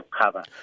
cover